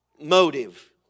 motive